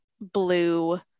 blue